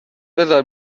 بذار